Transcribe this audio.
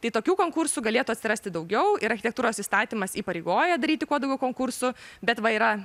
tai tokių konkursų galėtų atsirasti daugiau ir architektūros įstatymas įpareigoja daryti kuo daugiau konkursų bet va yra